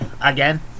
Again